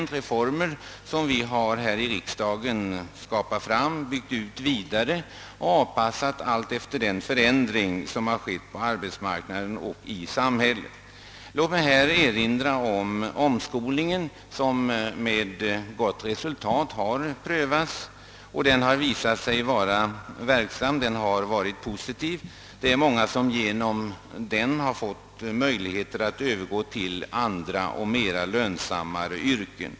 Det finns bl.a. en rad olika instrument som vi här i riksdagen har skapat, byggt ut vidare och avpassat allt efter de förändringar som har skett på arbetsmarknaden och i samhället. Låt mig bara erinra om omskolningen som med gott och positivt resultat har prövats. Det är många som genom den har fått möjligheter att övergå till andra och mera lönsamma yrken.